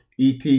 ET